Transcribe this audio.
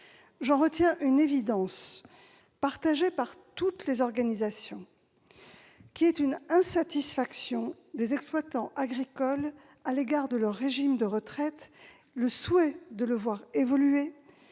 J'en retiens une évidence, partagée par toutes les organisations : l'insatisfaction des exploitants agricoles à l'égard de leur régime de retraite et leur souhait de le voir évoluer,